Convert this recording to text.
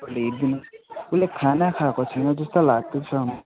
ल्याइदिनु उसले खाना खाएको छैन जस्तो लाग्दैछ